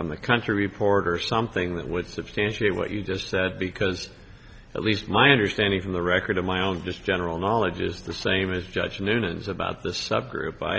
from the country report or something that would substantiate what you just said because at least my understanding from the record of my own just general knowledge is the same as judge noonan's about this subgroup by